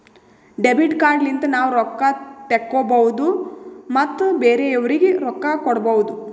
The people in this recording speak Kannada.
ಡೆಬಿಟ್ ಕಾರ್ಡ್ ಲಿಂತ ನಾವ್ ರೊಕ್ಕಾ ತೆಕ್ಕೋಭೌದು ಮತ್ ಬೇರೆಯವ್ರಿಗಿ ರೊಕ್ಕಾ ಕೊಡ್ಭೌದು